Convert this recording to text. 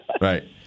Right